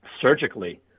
surgically